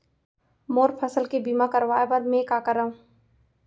मोर फसल के बीमा करवाये बर में का करंव?